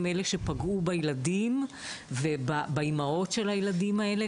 אלה שפגעו בילדים ובאימהות של הילדים האלה,